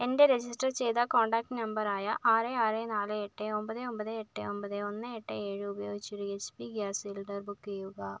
എൻ്റെ രജിസ്റ്റർ ചെയ്ത കോൺടാക്റ്റ് നമ്പറായ ആറ് ആറ് നാല് എട്ട് ഒമ്പത് ഒമ്പത് എട്ട് ഒമ്പത് ഒന്ന് എട്ട് ഏഴ് ഉപയോഗിച്ച് ഒരു H P gas cylinder book ചെയ്യുക